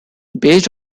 based